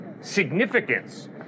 significance